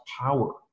power